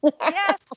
Yes